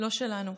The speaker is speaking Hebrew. לא שלנו,